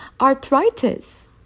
arthritis